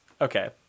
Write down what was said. Okay